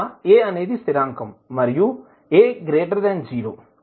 ఇక్కడ a అనేది స్థిరాంకం మరియు a 0